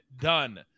done